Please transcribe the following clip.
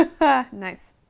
Nice